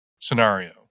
scenario